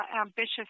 ambitious